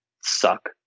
suck